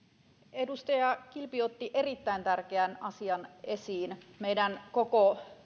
edustaja kilpi otti erittäin tärkeän asian esiin meidän koko